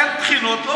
אין בחינות,